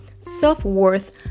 self-worth